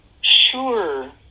Sure